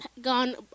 gone